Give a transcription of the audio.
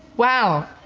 wow,